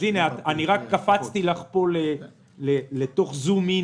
אני רק קפצתי פה בזום אין